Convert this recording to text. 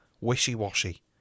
wishy-washy